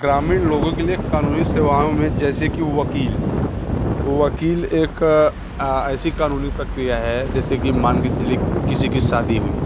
ग्रामीण लोगों के लिए क़ानूनी सेवाओं में जैसे कि वक़ील वक़ील एक ऐसी क़ानूनी प्रक्रिया है जैसे कि मान के चलिए किसी की शादी हुई